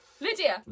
Lydia